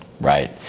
right